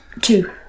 Two